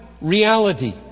reality